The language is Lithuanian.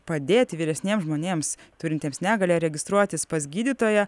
padėti vyresniems žmonėms turintiems negalią registruotis pas gydytoją